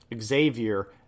Xavier